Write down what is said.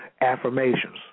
affirmations